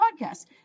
podcasts